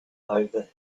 over